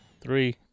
three